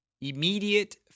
immediate